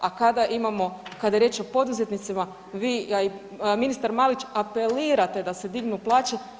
A kada imamo, kada je riječ o poduzetnicima vi i ministar Marić apelirate da se dignu plaće.